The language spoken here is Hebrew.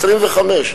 25?